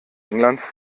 englands